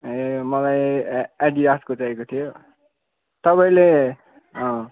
ए मलाई एडिडासको चाहिएको थियो तपाईँले अँ